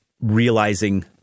realizing